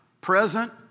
Present